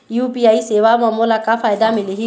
UPI सेवा म मोला का फायदा मिलही?